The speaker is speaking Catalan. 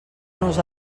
nos